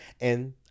And-